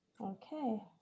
Okay